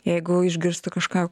jeigu išgirstų kažką